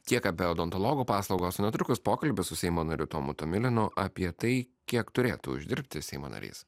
kiek abi odontologo paslaugos netrukus pokalbis su seimo nariu tomu tomilinu apie tai kiek turėtų uždirbti seimo narys